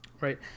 Right